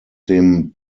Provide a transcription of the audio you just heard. dem